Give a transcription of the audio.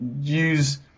use